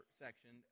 section